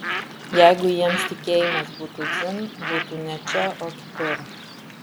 jeigu jiems tikėjimas būtų dzin būtų ne čia o kitur